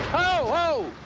whoa!